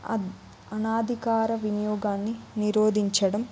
అనధికార వినియోగాన్ని నిరోధించడం